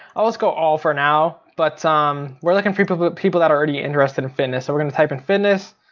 oh let's go all for now, but um we're looking for people but people that are already interested in fitness. so we're gonna type in fitness.